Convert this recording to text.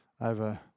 over